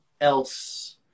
else